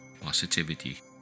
positivity